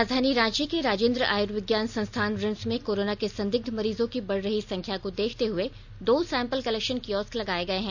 राजधानी रांची के राजेंद्र आयुर्विज्ञान संस्थान रिम्स में कोरोना के संदिग्ध मरीजों की बढ़ रही संख्या को देखते हुए दो सैंपल कलेक्षन कियोस्क लगाए गए हैं